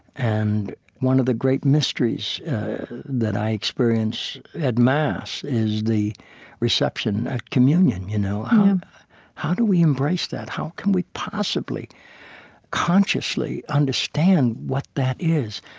and one of the great mysteries that i experience at mass is the reception at communion. communion. you know um how do we embrace that? how can we possibly consciously understand what that is?